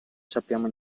sappiamo